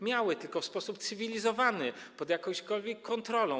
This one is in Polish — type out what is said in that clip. Miały, tylko w sposób cywilizowany, pod jakąś kontrolą.